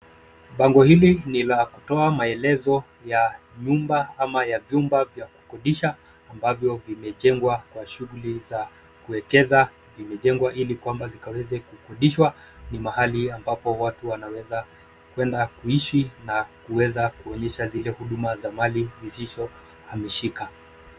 Bango hili ni la kutoa maelezo ya nyumba ama ya vyumba vya kukodisha ambavyo vimejengwa na shughuli za kuekeza zimejengwa ili kwamba zikaweza kukodishwa, ni mahali ambapo watu wanaweza kwenda kuishi na kuweza kuonyesha zile huduma za mali zisizohamishika.